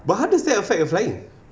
but how does that affect you flying